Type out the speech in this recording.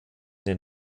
den